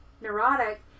neurotic